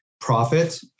Profit